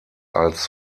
als